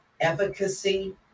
efficacy